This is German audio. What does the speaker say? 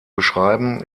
beschreiben